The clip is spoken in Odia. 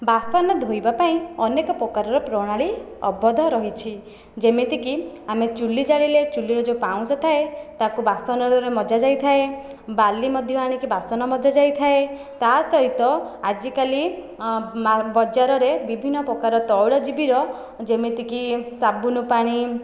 ବାସନ ଧୋଇବା ପାଇଁ ଅନେକ ପ୍ରକାରର ପ୍ରଣାଳୀ ଆବଦ୍ଧ ରହିଛି ଯେମିତିକି ଆମେ ଚୁଲ୍ହି ଜାଳିଲେ ଚୁଲ୍ହି ର ଯେଉଁ ପାଉଁଶ ଥାଏ ତାହାକୁ ବାସନରେ ମଜା ଯାଇଥାଏ ବାଲି ମଧ୍ୟ ଆଣିକି ବାସନ ମଜା ଯାଇଥାଏ ତା ସହିତ ଆଜିକାଲି ବଜାରରେ ବିଭିନ୍ନ ପ୍ରକାର ତୈଳଜୀବିର ଯେମିତିକି ସାବୁନ୍ ପାଣି